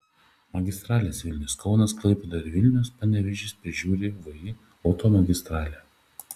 magistrales vilnius kaunas klaipėda ir vilnius panevėžys prižiūri vį automagistralė